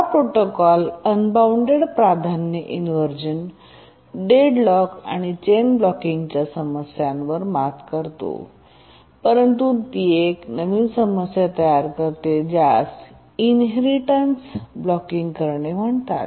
हा protocol unbounded प्राधान्य inversion deadlock आणि चेन ब्लॉकिंगच्या समस्यांवर मात करण्यात मदत करतो परंतु नंतर ती एक नवीन समस्या तयार करते ज्यास इनहेरिटेन्स ब्लॉकिंग करणे म्हणतात